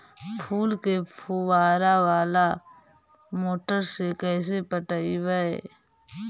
फूल के फुवारा बाला मोटर से कैसे पटइबै?